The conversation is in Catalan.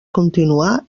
continuar